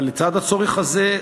אבל לצד הצורך הזה,